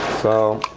so